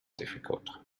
difficult